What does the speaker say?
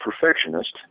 perfectionist